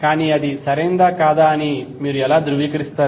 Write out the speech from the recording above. కానీ అది సరైనదా కాదా అని మీరు ఎలా ధృవీకరిస్తారు